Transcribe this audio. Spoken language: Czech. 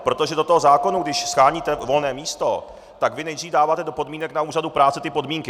Protože do toho zákona, když sháníte volné místo, tak vy nejdřív dáváte do podmínek na úřadu práce ty podmínky.